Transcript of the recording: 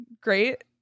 Great